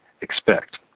expect